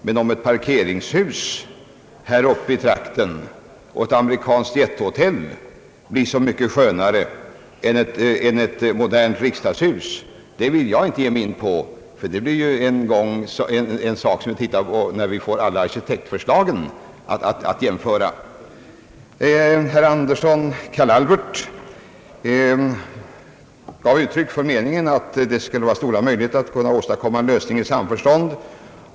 Men om ett parkeringshus i trakten och ett amerikanskt jättehotell blir så mycket skönare än ett modernt riksdagshus, det vill jag inte ge mig in på nu. Det blir en sak som vi får bedöma när vi får alla arkitektförslagen alt jämföra. Herr Carl Albert Anderson gav uttryck för den meningen att det fanns stora möjligheter att åstadkomma en lösning i samförstånd.